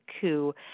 coup